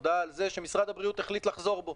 הודעה על זה שמשרד הבריאות החליט לחזור בו,